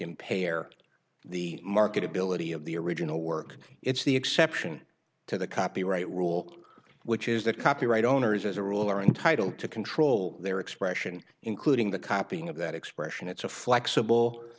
impair the marketability of the original work it's the exception to the copyright rule which is that copyright owners as a rule are entitled to control their expression including the copying of that expression it's a flexible